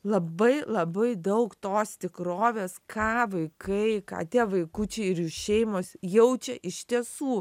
labai labai daug tos tikrovės ka vaikai ką tie vaikučiai ir jų šeimos jaučia iš tiesų